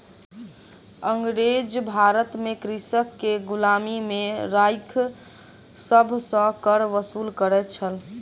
अँगरेज भारत में कृषक के गुलामी में राइख सभ सॅ कर वसूल करै छल